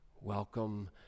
Welcome